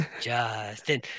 justin